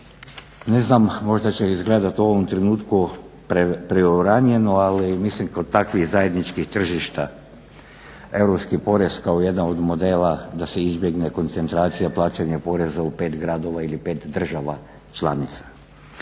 Ne znam, možda će izgledat u ovom trenutku preuranjeno, ali mislim kod takvih zajedničkih tržišta europski porez kao jedan od modela da se izbjegne koncentracija plaćanja poreza u pet gradova ili pet država članica.